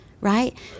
right